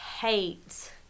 hate